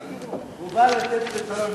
הוא בא לתת פתרון.